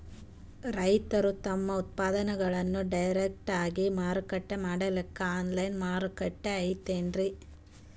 ರೈತರು ತಮ್ಮ ಉತ್ಪನ್ನಗಳನ್ನು ಡೈರೆಕ್ಟ್ ಆಗಿ ಮಾರಾಟ ಮಾಡಲಿಕ್ಕ ಆನ್ಲೈನ್ ಮಾರುಕಟ್ಟೆ ಐತೇನ್ರೀ?